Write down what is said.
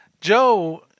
Joe